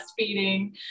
breastfeeding